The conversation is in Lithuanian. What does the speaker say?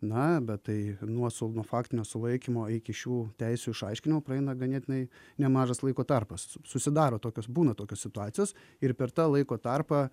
na bet tai nuo su nuo faktinio sulaikymo iki šių teisių išaiškinimo praeina ganėtinai nemažas laiko tarpas susidaro tokios būna tokios situacijos ir per tą laiko tarpą